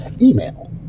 email